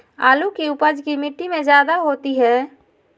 आलु की उपज की मिट्टी में जायदा होती है?